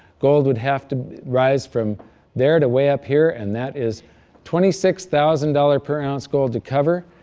gold would have to rise from there to way up here and that is twenty six thousand dollars per ounce gold to cover.